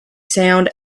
sound